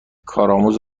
کارآموز